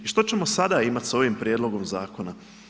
I što ćemo sada imati s ovim prijedloga zakona?